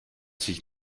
sich